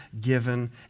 given